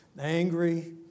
angry